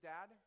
Dad